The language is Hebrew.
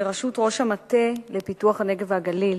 בראשות ראש המטה לפיתוח הנגב והגליל.